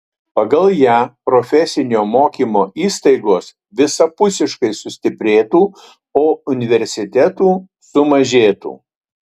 pagal ją profesinio mokymo įstaigos visapusiškai sustiprėtų o universitetų sumažėtų